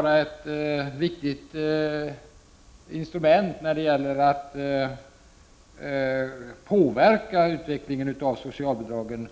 utgöra viktiga instrument när det gäller att påverka utvecklingen av socialbidragen.